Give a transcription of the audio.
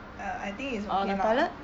err I think it's okay lah